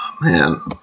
Man